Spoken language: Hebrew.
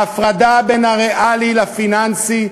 ההפרדה בין הריאלי לפיננסי,